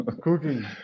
Cooking